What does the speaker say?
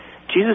Jesus